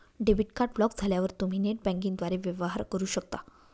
debit card block झाल्यावर तुम्ही net बँकिंगद्वारे वेवहार करू शकता